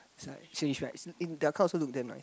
it's like their car also look damn nice